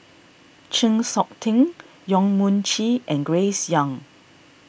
Chng Seok Tin Yong Mun Chee and Grace Young